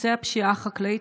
נושא הפשיעה החקלאית.